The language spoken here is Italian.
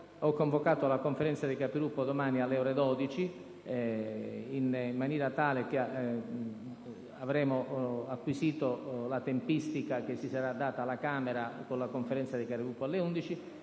Ho convocato la Conferenza dei Capigruppo per domani alle ore 12 - in maniera che avremo acquisito la tempistica che si sarà data la Camera con la Conferenza dei Capigruppo delle ore